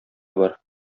бар